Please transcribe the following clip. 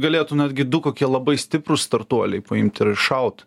galėtų netgi du kokie labai stiprūs startuoliai paimt ir iššaut